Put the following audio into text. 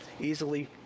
easily